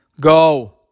go